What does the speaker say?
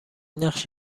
نقش